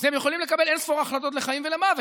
אז הם יכולים לקבל אין-ספור החלטות לחיים ולמוות,